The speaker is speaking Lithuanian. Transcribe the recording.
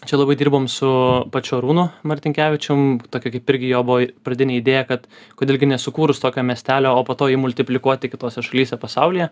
čia labai dirbom su pačiu arūnu martinkevičium tokia kaip irgi jo buvo pradinė idėja kad kodėl gi nesukūrus tokio miestelio o po to jį multiplikuoti kitose šalyse pasaulyje